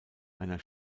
einer